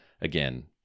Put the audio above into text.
again